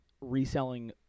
reselling